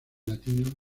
latinos